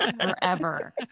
forever